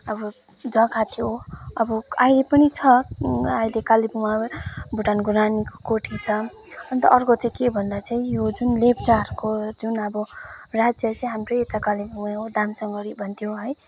अब जग्गा थियो अब अहिले पनि छ अहिले कालिम्पोङमा भुटानको रानीको कोठी छ अन्त अर्को चाहिँ के भन्दा चाहिँ यो जुन लेप्चाहरूको जुन अब राज्य चाहिँ हाम्रै यता कालिम्पोङै हो दामसङगढी भन्थ्यो है